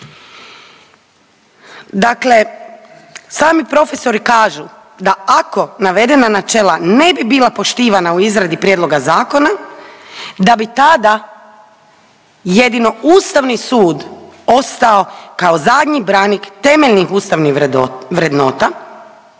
Dakle, sami profesori kažu da ako navedena načela ne bi bila poštivana u izradi prijedloga zakona da bi tada jedino Ustavni sud ostao kao zadnji branik temeljnih ustavnih vrednota